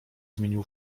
zmienił